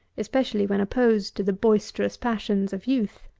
especially when opposed to the boisterous passions of youth.